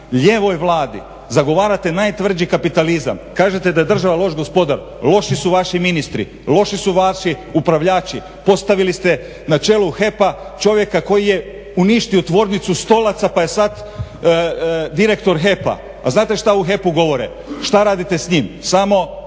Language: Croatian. lijevoj Vladi, zagovarate najtvrđi kapitalizam, kažete da je država loš gospodar, loši su vaši ministri, loši su vaši upravljači. Postavili ste na čelo HEP-a čovjeka koji je uništio tvornicu stolaca pa je sad direktor HEP-a, a znate šta u HEP-u govore, šta radite s njim, samo